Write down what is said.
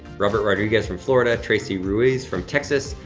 robert rodriguez from florida. tracy ruiz from texas,